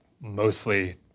mostly